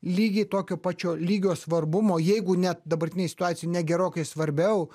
lygiai tokio pačio lygio svarbumo jeigu ne dabartinėj situacijoj ne gerokai svarbiau